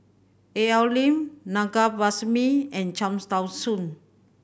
Al Lim Na Govindasamy and Cham Tao Soon